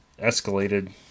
escalated